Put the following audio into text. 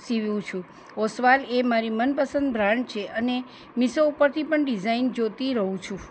સિવું છું ઓસ્વાલ એ મારી મનપસંદ બ્રાન્ડ છે અને મિસો ઉપરથી પણ ડિઝાઇન જોતી રહું છું